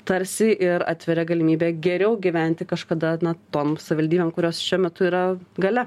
tarsi ir atveria galimybę geriau gyventi kažkada na tom savivaldybėm kurios šiuo metu yra gale